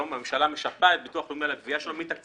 היום הממשלה משפה מתקציב המדינה את ביטוח לאומי על הגבייה שלו.